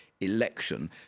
election